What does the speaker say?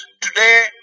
today